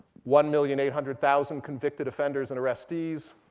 one million eight hundred thousand convicted offenders and arrestees,